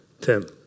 Tim